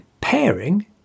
pairing